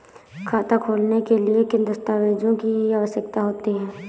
खाता खोलने के लिए किन दस्तावेजों की आवश्यकता होती है?